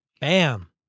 Bam